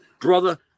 brother